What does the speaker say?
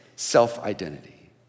Self-identity